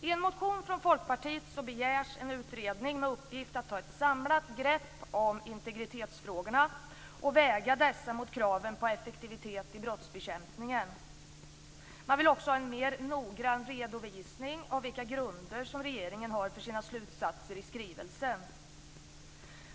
I en motion från Folkpartiet begärs en utredning med uppgift att ta ett samlat grepp om integritetsfrågorna och väga dessa mot kraven på effektivitet i brottsbekämpningen. Man vill också ha en mer noggrann redovisning av vilka grunder som regeringen har för sina slutsatser i skrivelsen.